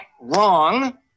Wrong